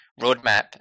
roadmap